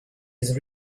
his